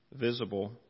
visible